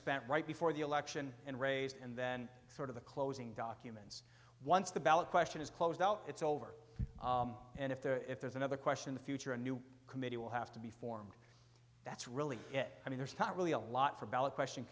spent right before the election and raised and then sort of the closing documents once the ballot question is closed out it's over and if there if there's another question the future a new committee will have to be formed that's really i mean there's not really a lot for ballot question